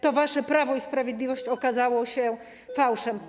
Te wasze prawo i sprawiedliwość okazały się fałszem.